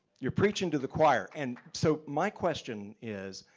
you're preaching to the choir. and so my question is,